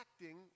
acting